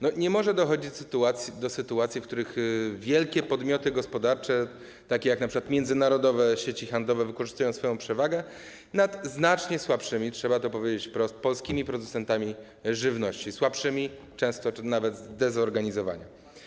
Nie może dochodzić do sytuacji, w których wielkie podmioty gospodarcze, takie jak np. międzynarodowe sieci handlowe, wykorzystują swoją przewagę nad znacznie słabszymi, trzeba to powiedzieć wprost, polskimi producentami żywności - słabszymi, często nawet zdezorganizowanymi.